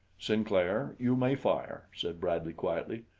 sinclair, you may fire, said bradley quietly.